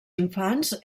infants